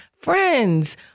Friends